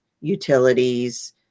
utilities